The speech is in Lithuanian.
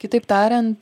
kitaip tariant